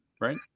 right